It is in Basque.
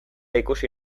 ikusi